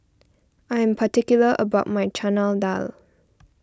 I am particular about my Chana Dal